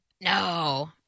No